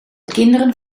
kinderen